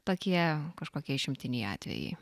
tokie kažkokie išimtiniai atvejai